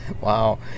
wow